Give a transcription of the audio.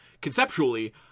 conceptually